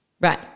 Right